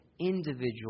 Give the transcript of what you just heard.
individual